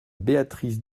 béatrice